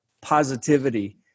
positivity